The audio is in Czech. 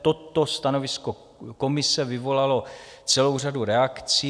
Toto stanovisko komise vyvolalo celou řadu reakcí.